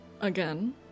again